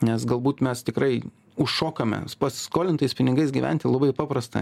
nes galbūt mes tikrai užšokame pasiskolintais pinigais gyventi labai paprasta